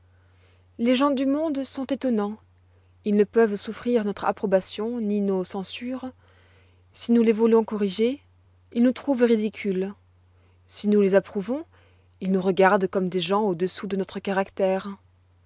les gens du monde sont étonnants ils ne peuvent souffrir notre approbation ni nos censures si nous les voulons corriger ils nous trouvent ridicules si nous les approuvons ils nous regardent comme des gens au-dessous de notre caractère